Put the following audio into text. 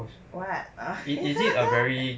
what err